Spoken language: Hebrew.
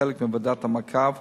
כחלק מוועדת המעקב